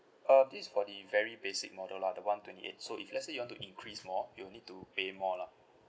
uh this is for the very basic model lah the one twenty eight so if let's say you want to increase more you'll need to pay more lah